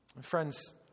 Friends